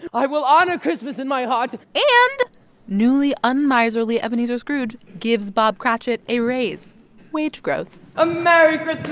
i will honor christmas in my heart and newly unmiserly ebenezer scrooge gives bob cratchit a raise wage growth a merry christmas,